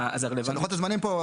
שלוחות הזמנים פה,